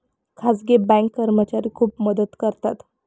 खाजगी बँक कर्मचारी खूप मदत करतात